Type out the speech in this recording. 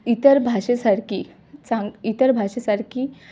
इतर भाषेसारखी चांग इतर भाषेसारखी